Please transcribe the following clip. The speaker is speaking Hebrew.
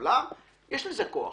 יש לזה כוח,